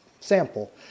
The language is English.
Sample